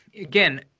again